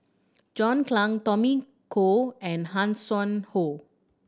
John Clang Tommy Koh and Hanson Ho